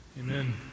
Amen